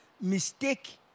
mistake